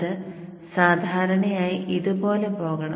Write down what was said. അത് സാധാരണയായി ഇതുപോലെ പോകണം